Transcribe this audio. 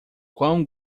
quão